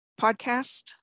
podcast